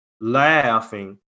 laughing